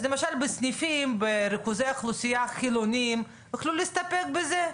אז למשל בסניפים בריכוזי אוכלוסייה חילוניים יוכלו להסתפק בזה,